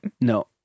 No